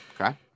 Okay